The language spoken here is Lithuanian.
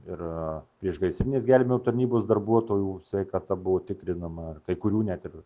ir priešgaisrinės gelbėjimo tarnybos darbuotojų sveikata buvo tikrinama kai kurių net ir